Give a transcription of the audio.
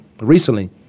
recently